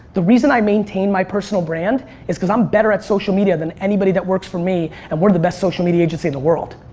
the reason why maintain my personal brand is because i'm better at social media than anybody that works for me and we're the best social media agency in the world.